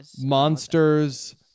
Monsters